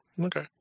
Okay